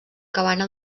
cabana